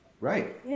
Right